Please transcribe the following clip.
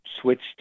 switched